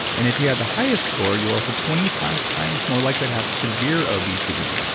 and if you had the highest score, you're also twenty five times more likely to have severe obesity,